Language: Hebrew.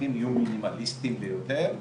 המסמכים יהיו מינימליסטיים ביותר,